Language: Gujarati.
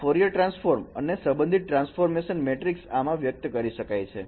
ફોરયર ટ્રાન્સફોર્મ અને સંબંધિત ટ્રાન્સફોર્મેશન મેટ્રિક્સ આમાં વ્યક્ત કરી શકાય છે